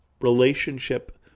relationship